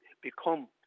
become